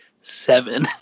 Seven